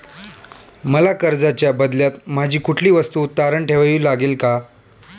मला कर्जाच्या बदल्यात माझी कुठली वस्तू तारण ठेवावी लागेल का?